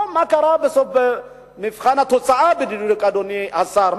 בסוף מה קרה בדיוק במבחן התוצאה, אדוני השר?